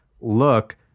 look